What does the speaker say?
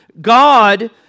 God